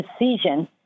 decision